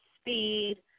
speed